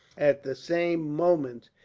at the same moment,